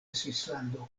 svislando